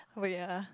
wait ah